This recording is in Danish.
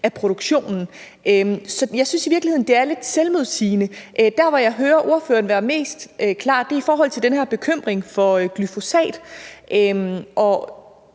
af produktionen. Så jeg synes i virkeligheden, at det er lidt selvmodsigende. Der, hvor jeg hører ordføreren være mest klar, er i forhold til den her bekymring for glyfosat,